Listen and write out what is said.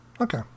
Okay